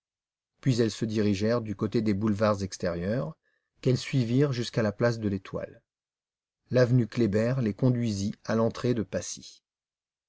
puis elles se dirigèrent du côté des boulevards extérieurs qu'elles suivirent jusqu'à la place de l'étoile l'avenue kléber les conduisit à l'entrée de passy